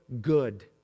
good